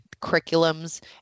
curriculums